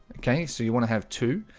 okay, so you want to have two?